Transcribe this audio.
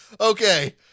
okay